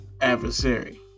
adversary